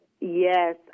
Yes